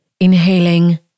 Inhaling